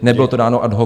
Nebylo to dáno ad hoc.